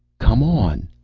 come on!